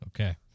okay